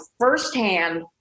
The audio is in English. firsthand